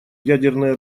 ядерное